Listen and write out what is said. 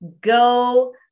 Go